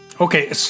Okay